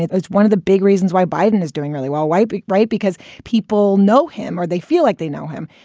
it is one of the big reasons why biden is doing really well. why pick, right? because people know him or they feel like they know him.